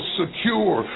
secure